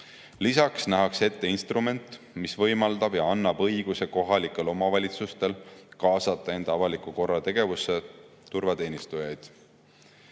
olnud. Lisaks nähakse ette instrument, mis võimaldab ja annab õiguse kohalikel omavalitsustel kaasata enda avaliku korra tegevusse turvateenistujaid.